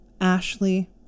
ashley